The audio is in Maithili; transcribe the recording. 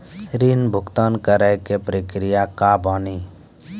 ऋण भुगतान करे के प्रक्रिया का बानी?